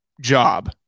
job